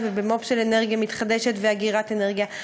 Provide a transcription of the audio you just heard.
ובמו"פ של אנרגיה מתחדשת ואגירת אנרגיה.